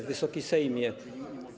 Wysoki Sejmie!